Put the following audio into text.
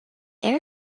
air